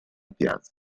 piazza